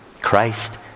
Christ